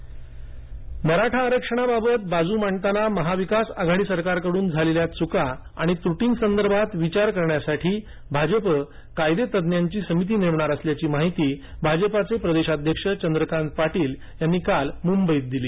मराठा आरक्षणाबाबत भाजप समिती मराठा आरक्षणाबाबत बाजू मांडताना महाविकास आघाडी सरकारकडून झालेल्या च्का आणि त्टीसंदर्भात विचार करण्यासाठी भाजप कायदे तज्ज्ञांची समिती नेमणार असल्याची माहिती भाजपाचे प्रदेशाध्यक्ष चंद्रकांत पाटील यांनी काल मुंबईत दिली